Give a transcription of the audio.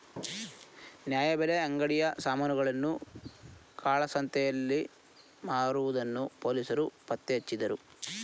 ನ್ಯಾಯಬೆಲೆ ಅಂಗಡಿಯ ಸಾಮಾನುಗಳನ್ನು ಕಾಳಸಂತೆಯಲ್ಲಿ ಮಾರುವುದನ್ನು ಪೊಲೀಸರು ಪತ್ತೆಹಚ್ಚಿದರು